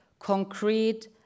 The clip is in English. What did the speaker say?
concrete